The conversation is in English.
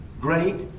great